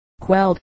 quelled